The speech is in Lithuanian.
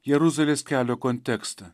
jeruzalės kelio kontekste